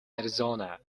arizona